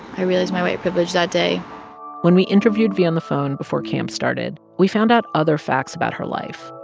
i realized my white privilege that day when we interviewed v on the phone before camp started, we found out other facts about her life.